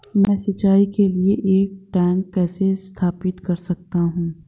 मैं सिंचाई के लिए एक टैंक कैसे स्थापित कर सकता हूँ?